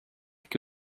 que